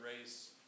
race